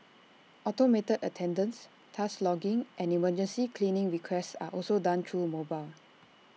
automated attendance task logging and emergency cleaning requests are also done through mobile